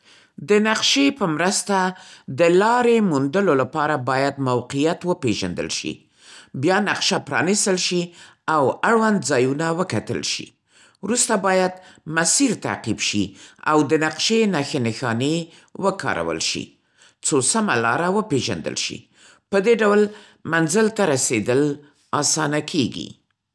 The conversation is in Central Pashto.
د نقشې په مرسته د لارې موندلو لپاره، لومړی باید موقعیت وپیژندل شي، بیا نقشه پرانستل شي او اړوند ځایونه وکتل شي. وروسته باید مسیر تعقیب شي او د نقشې نښې نښانې وکارول شي څو سمه لاره وپېژندل شي. په دې ډول، منزل ته رسېدل اسانه کېږي.